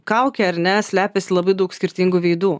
kauke ar ne slepiasi labai daug skirtingų veidų